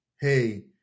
hey